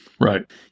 Right